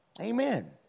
Amen